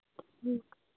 ਠੀਕ ਆ